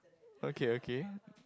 okay okay